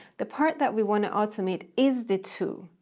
the part that we want to automate is the two.